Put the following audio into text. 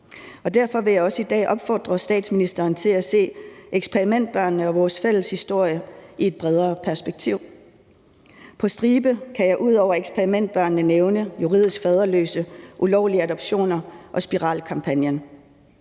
Derfor vil jeg også i dag opfordre statsministeren til at se eksperimentbørnene og vores fælles historie i et bredere perspektiv. På stribe kan jeg ud over eksperimentbørnene nævne juridisk faderløse, ulovlige adoptioner og spiralkampagnen.